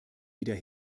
wieder